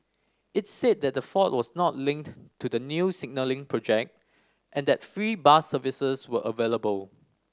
it's said that the fault was not linked to the new signalling project and that free bus services were available